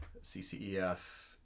CCEF